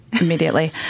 immediately